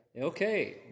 okay